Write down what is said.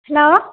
hello